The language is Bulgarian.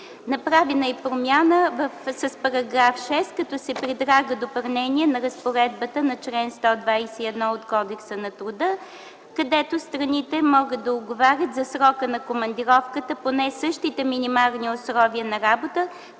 Направена е и промяна с § 6, като се предлага допълнение на разпоредбата на чл. 121 от Кодекса на труда, където страните могат да отговарят за срока на командировката при същите минимални условия на работа,